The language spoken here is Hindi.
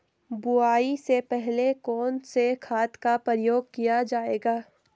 बुआई से पहले कौन से खाद का प्रयोग किया जायेगा?